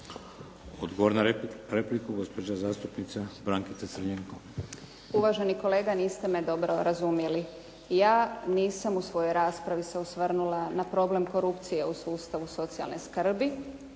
Odgovor na repliku, gospođa zastupnica Brankica Crljenko. **Crljenko, Brankica (SDP)** Uvaženi kolega, niste me dobro razumjeli. Ja nisam u svojoj raspravi se osvrnula na problem korupcije u sustavu socijalne skrbi,